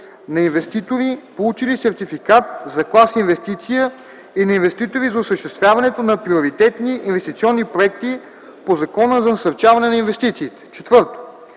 на инвеститори, получили сертификат за клас инвестиция, и на инвеститори за осъществяването на приоритетни инвестиционни проекти по Закона за насърчаване на инвестициите; 4.